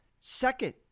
Second